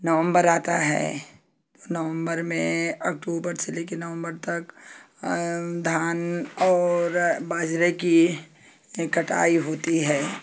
नवंबर आता है तो नवंबर में अक्टूबर से ले कर नवंबर तक धान और बाजरे की कटाई होती है